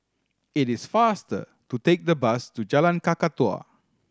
it is faster to take the bus to Jalan Kakatua